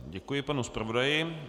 Děkuji panu zpravodaji.